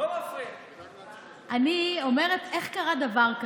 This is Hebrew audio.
אני אומרת, איך קרה דבר כזה?